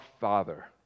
Father